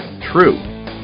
True